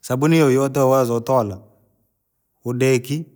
Sabuni yoyote iweza utola, udeki.